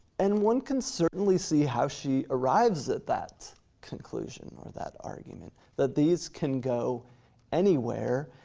and one can certainly see how she arrives at that conclusion or that argument that these can go anywhere,